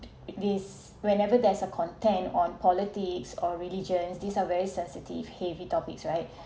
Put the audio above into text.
this whenever there's a content on politics or religion and these are very sensitive heavy topics right